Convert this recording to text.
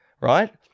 right